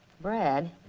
Brad